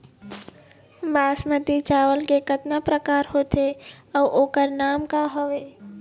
बासमती चावल के कतना प्रकार होथे अउ ओकर नाम क हवे?